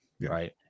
Right